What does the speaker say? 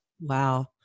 Wow